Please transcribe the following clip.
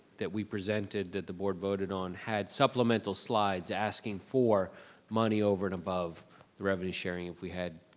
that we presented that the board voted on, had supplemental slides asking for money over and above the revenue sharing if we had,